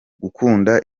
gukunda